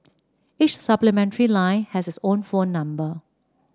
each supplementary line has its own phone number